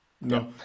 No